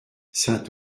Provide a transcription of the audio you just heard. saint